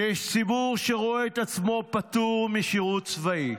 יש ציבור שרואה את עצמו פטור משירות צבאי.